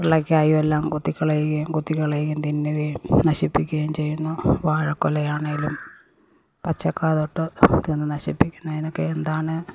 വെള്ളക്കായും എല്ലാം കൊത്തിക്കളയുകയും കൊത്തികളയുകയും തിന്നുകയും നശിപ്പിക്കുകയും ചെയ്യുന്ന വാഴക്കുല ആണേലും പച്ചക്ക തൊട്ട് തിന്ന് നശിപ്പിക്കുന്നതിനൊക്കെ എന്താണ്